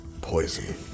poison